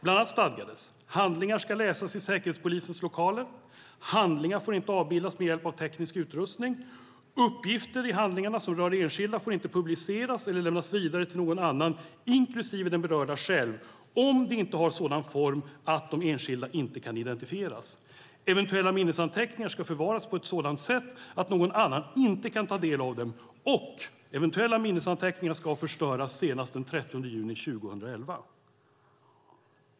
Bland annat stadgades att handlingarna ska läsas i säkerhetspolisens lokaler handlingarna får inte avbildas med hjälp av teknisk utrustning uppgifter i handlingarna som rör enskilda får inte publiceras eller lämnas vidare till någon annan, inklusive den berörde själv, om de inte har sådan form att de enskilda inte kan identifieras eventuella minnesanteckningar ska förvaras på ett sådant sätt att någon annan inte kan ta del av dem eventuella minnesanteckningar ska förstöras senast den 30 juni 2011.